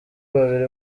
babiri